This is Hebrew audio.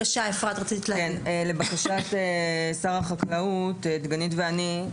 לבקשת שר החקלאות, דגנית ואני,